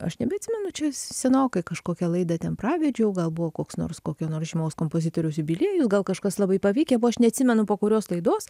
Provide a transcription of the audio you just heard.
aš nebeatsimenu čia senokai kažkokią laidą ten pravedžiau gal buvo koks nors kokio nors žymaus kompozitoriaus jubiliejus gal kažkas labai pavykę buvo aš neatsimenu po kurios laidos